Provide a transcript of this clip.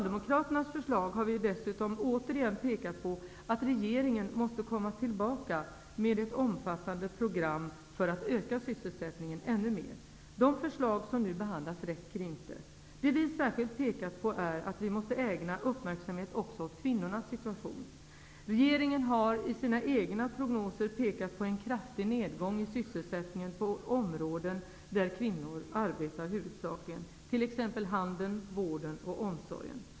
I vårt förslag har vi dessutom återigen pekat på att regeringen måste komma tillbaka med ett omfattande program för att öka sysselsättningen ännu mer. De förslag som nu behandlas räcker inte. Det vi särskilt pekat på är att vi måste ägna uppmärksamhet åt kvinnornas situation. Regeringen har i sina egna prognoser pekat på en kraftig nedgång i sysselsättningen på områden där huvudsakligen kvinnor arbetar, t.ex. handeln, vården och omsorgen.